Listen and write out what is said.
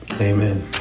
Amen